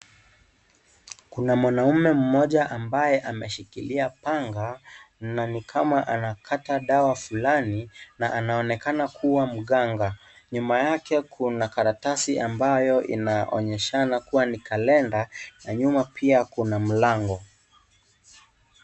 Kuna mwanaume mmoja ambaye ameshikilia panga na ni kama anakata dawa Fulani, na anaonekana kuwa mganga. Nyuma yake Kuna karatasi ambayo inaonyeshana kuwa ni kalenda na nyuma pia Kuna mlango.